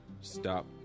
stop